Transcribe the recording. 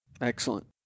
Excellent